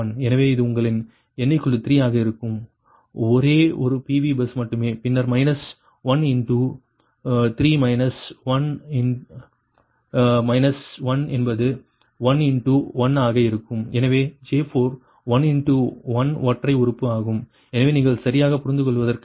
எனவே இது உங்களின் n 3 ஆக இருக்கும் ஒரே ஒரு PV பஸ் மட்டுமே பின்னர் மைனஸ் 1 இன்டு 3 மைனஸ் 1 மைனஸ் 1 என்பது 1 இன்டு 1 ஆக இருக்கும் எனவே J4 1 இன்டு 1 ஒற்றை உறுப்பு ஆகும் எனவே நீங்கள் சரியாகப் புரிந்துகொள்வதற்காக